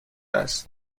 است